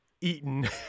eaten